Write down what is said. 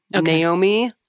Naomi